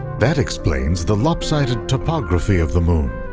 that explains the lopsided topography of the moon,